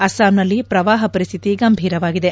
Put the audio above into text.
ಅಸ್ಸಾಂನಲ್ಲಿ ಪ್ರವಾಹ ಪರಿಸ್ಥಿತಿ ಗಂಭೀರವಾಗಿದೆ